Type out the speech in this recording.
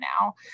now